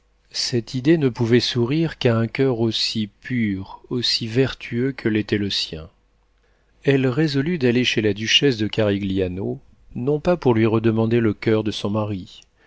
cette idée ne pouvait sourire qu'à un coeur aussi pur aussi vertueux que l'était le sien elle résolut d'aller chez la duchesse de carigliano non pas pour lui redemander le coeur de son mari